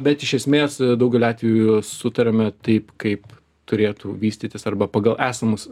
bet iš esmės daugeliu atveju sutariame taip kaip turėtų vystytis arba pagal esamus